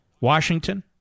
Washington